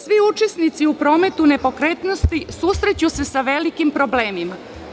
Svi učesnici u prometu nepokretnosti susreću se sa velikim problemima.